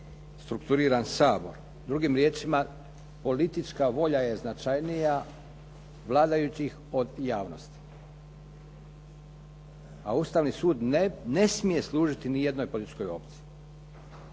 strukturiran Sabor. Drugim riječima politička volja je značajnija vladajućih od javnosti. A Ustavni sud ne smije služiti niti jednoj političkoj opciji.